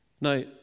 Now